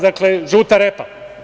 Dakle, žuta repa.